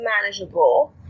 manageable